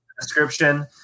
Description